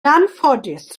anffodus